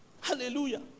Hallelujah